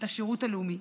את השירות הלאומי,